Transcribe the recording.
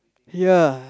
ya